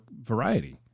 variety